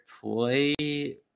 play